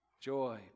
Joy